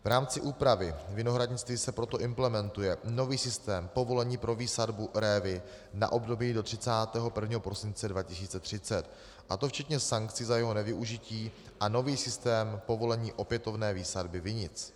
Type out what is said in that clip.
V rámci úpravy vinohradnictví se proto implementuje nový systém povolení pro výsadbu révy na období do 31. prosince 2030, a to včetně sankcí za jeho nevyužití, a nový systém povolení opětovné výsadby vinic.